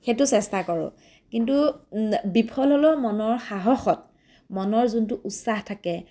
সেইটো চেষ্টা কৰোঁ কিন্তু বিফল হ'লেও মনৰ সাহসত মনৰ যোনটো উৎসাহ থাকে